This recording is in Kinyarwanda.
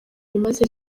rimaze